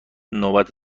نوبت